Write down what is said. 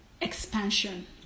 expansion